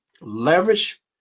leverage